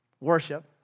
worship